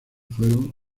fueron